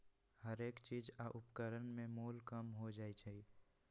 हरेक चीज आ उपकरण में मोल कम हो जाइ छै